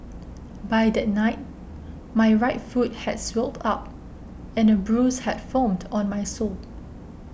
by that night my right foot had swelled up and a bruise had formed on my sole